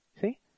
see